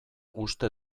uste